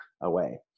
away